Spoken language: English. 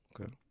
Okay